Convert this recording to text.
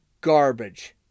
garbage